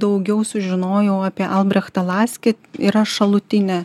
daugiau sužinojau apie albrechtą laskį yra šalutinė